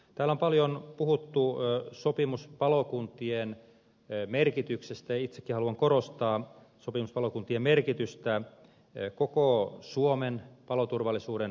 täällä on paljon puhuttu sopimuspalokuntien merkityksestä ja itsekin haluan korostaa sopimuspalokuntien merkitystä koko suomen paloturvallisuuden kannalta